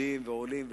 עומדים ועולים,